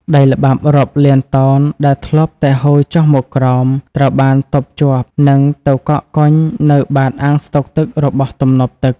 ដីល្បាប់រាប់លានតោនដែលធ្លាប់តែហូរចុះមកក្រោម ត្រូវបានទប់ជាប់ និងទៅកកកុញនៅបាតអាងស្តុកទឹករបស់ទំនប់ទឹក។